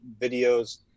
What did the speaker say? videos